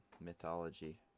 mythology